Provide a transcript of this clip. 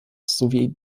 sowie